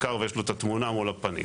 שיש לבקר שיושב תמונה מול הפנים.